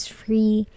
free